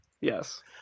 Yes